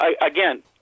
again